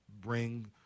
bring